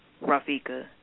Rafika